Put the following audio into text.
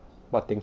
what thing